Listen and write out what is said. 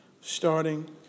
starting